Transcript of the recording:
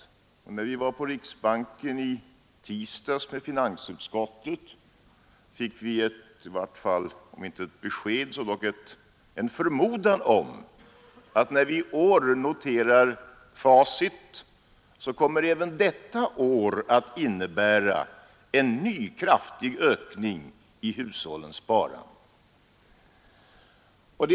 När finansutskottet var på riksbanken i tisdags fick vi om inte ett besked så dock en förmodan om att hushållens sparande kommer att öka mycket kraftigt även i år.